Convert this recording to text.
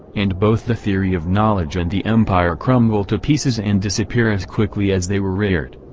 and both the, theory of knowledge' and the empire crumble to pieces and disappear as quickly as they were reared.